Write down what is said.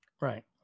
Right